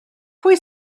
pwy